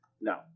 No